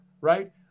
right